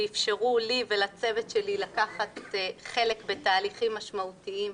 ואפשרו לי ולצוות שלי לקחת חלק בתהליכים משמעותיים.